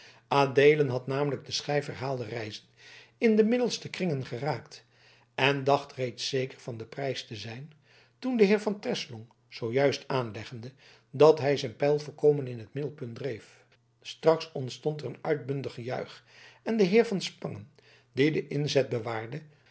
adeelen had namelijk de schijf herhaalde reizen in de middelste kringen geraakt en dacht reeds zeker van den prijs te zijn toen de heer van treslong zoo juist aanlegde dat hij zijn pijl volkomen in het middelpunt dreef straks ontstond er een uitbundig gejuich en de heer van spangen die den inzet bewaarde